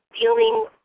feeling